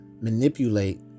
manipulate